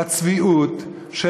לצביעות,